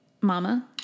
mama